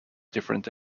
different